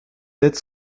être